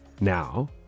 now